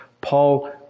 Paul